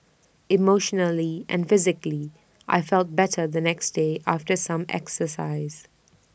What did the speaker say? emotionally and physically I felt better the next day after some exercise